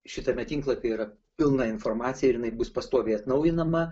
šitame tinklapyje yra pilna informacija ir jinai bus pastoviai atnaujinama